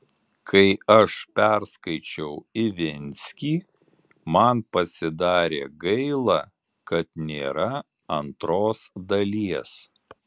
kai aš perskaičiau ivinskį man pasidarė gaila kad nėra antros dalies